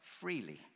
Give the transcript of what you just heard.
freely